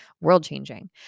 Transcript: world-changing